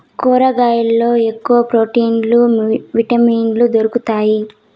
కూరగాయల్లో ఎక్కువ ప్రోటీన్లు విటమిన్లు దొరుకుతాయి